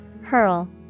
Hurl